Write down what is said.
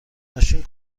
ماشین